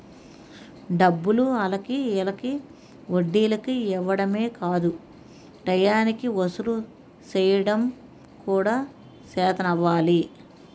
డబ్బులు ఆల్లకి ఈల్లకి వడ్డీలకి ఇవ్వడమే కాదు టయానికి వసూలు సెయ్యడం కూడా సేతనవ్వాలి